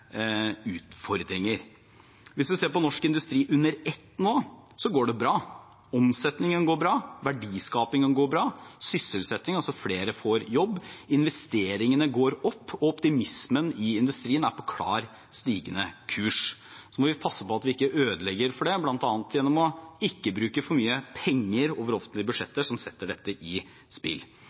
under ett nå, går det bra. Omsetningen går bra, verdiskapingen går bra, sysselsettingen går bra, flere får jobb, investeringene går opp, og optimismen i industrien er på klart stigende kurs. Så må vi passe på at vi ikke ødelegger for det ved bl.a. å bruke for mye penger over offentlige budsjetter som setter dette i spill.